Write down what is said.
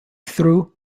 through